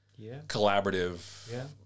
collaborative